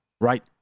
Right